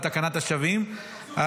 ספציפית על אדם מסוים שחלה עליו תקנת השבים,